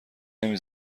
نمی